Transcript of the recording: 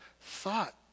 thought